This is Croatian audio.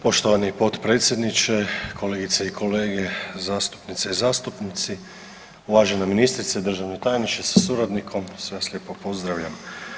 Poštovani potpredsjedniče, kolegice i kolege zastupnice i zastupnici, uvažena ministrice, država tajnice sa suradnikom sve vas lijepo pozdravljam.